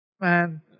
Man